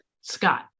Scott